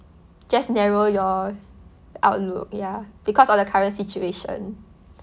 just narrow your outlook ya because of the current situation